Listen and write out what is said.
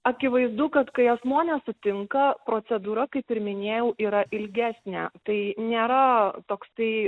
akivaizdu kad kai asmuo nesutinka procedūra kaip ir minėjau yra ilgesnė tai nėra toks tai